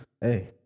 hey